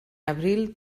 abril